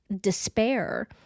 despair